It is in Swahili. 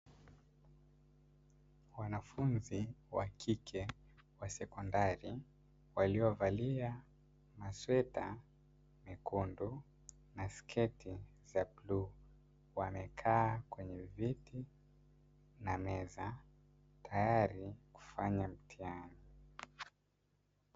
Wanafunzi wa kike wa sekondari waliovalia masweta mekundu na sketi za bluu, wamekaa kwenye viti na meza tayari kufanya mtihani.